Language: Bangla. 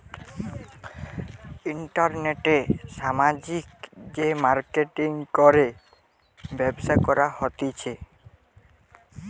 ইন্টারনেটে সামাজিক যে মার্কেটিঙ করে ব্যবসা করা হতিছে